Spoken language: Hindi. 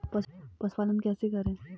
पशुपालन कैसे करें?